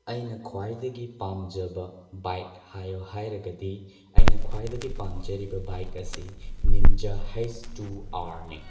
ꯑꯩꯅ ꯈ꯭ꯋꯥꯏꯗꯗꯒꯤ ꯄꯥꯝꯖꯕ ꯕꯥꯏꯛ ꯍꯥꯏꯌꯣ ꯍꯥꯏꯔꯒꯗꯤ ꯑꯩꯅ ꯈ꯭ꯋꯥꯏꯗꯗꯒꯤ ꯄꯥꯝꯖꯔꯤꯕ ꯕꯥꯏꯛ ꯑꯁꯤ ꯅꯤꯟꯖꯥ ꯍꯩꯁ ꯇꯨ ꯑꯥꯔꯅꯤ